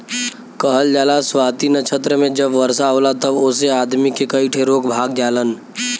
कहल जाला स्वाति नक्षत्र मे जब वर्षा होला तब ओसे आदमी के कई ठे रोग भाग जालन